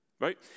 Right